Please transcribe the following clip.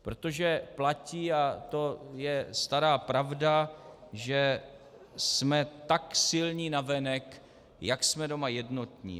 Protože platí, a to je stará pravda, že jsme tak silní navenek, jak jsme doma jednotní.